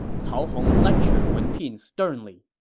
cao hong lectured wen pin sternly,